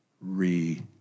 Re